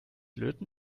löten